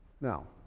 Now